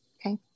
Okay